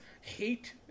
hate